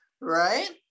right